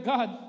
God